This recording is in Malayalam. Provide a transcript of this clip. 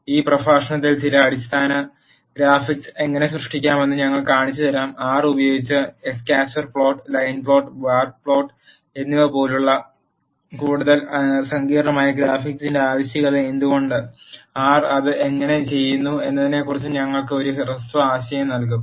ഈ പ്രഭാഷണത്തിൽ ചില അടിസ്ഥാന ഗ്രാഫിക്സ് എങ്ങനെ സൃഷ്ടിക്കാമെന്ന് ഞങ്ങൾ കാണിച്ചുതരാം ആർ ഉപയോഗിച്ച് scatter plot line plot bar plot എന്നിവ പോലുള്ളവ കൂടുതൽ സങ്കീർണ്ണമായ ഗ്രാഫിക്സിന്റെ ആവശ്യകത എന്തുകൊണ്ട് ആർ അത് എങ്ങനെ ചെയ്യുന്നു എന്നതിനെക്കുറിച്ചും ഞങ്ങൾ ഒരു ഹ്രസ്വ ആശയം നൽകും